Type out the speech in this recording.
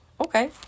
Okay